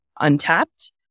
untapped